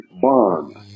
bond